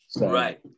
Right